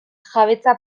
jabetza